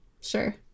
Sure